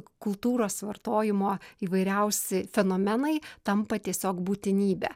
kultūros vartojimo įvairiausi fenomenai tampa tiesiog būtinybe